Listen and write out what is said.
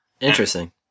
Interesting